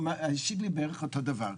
הוא השיב לי בערך אותו דבר.